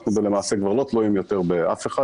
אנחנו למעשה כבר לא תלויים יותר באף אחד,